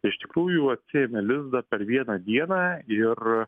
iš tikrųjų atsiėmė lizdą per vieną dieną ir